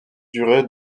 durer